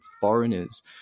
foreigners